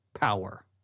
power